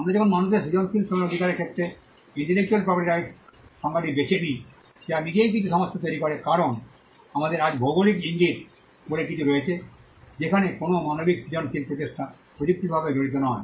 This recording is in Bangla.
আমরা যখন মানুষের সৃজনশীল শ্রমের অধিকারের ক্ষেত্রে ইন্টেলেকচুয়াল প্রপার্টি রাইটস সংজ্ঞাটি বেছে নিই যা নিজেই কিছু সমস্যা তৈরি করে কারণ আমাদের আজ ভৌগলিক ইঙ্গিত বলে কিছু রয়েছে যেখানে কোনও মানবিক সৃজনশীল প্রচেষ্টা প্রযুক্তিগতভাবে জড়িত নয়